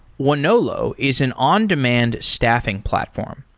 wonolo is an on-demand staffing platform.